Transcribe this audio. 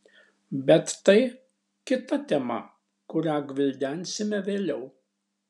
bet tai kita tema kurią gvildensime vėliau